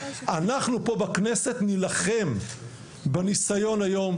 אנחנו פה בכנסת נלחם בניסיון היום,